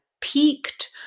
peaked